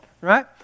Right